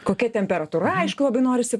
kokia temperatūra aišku labai norisi